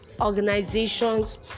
organizations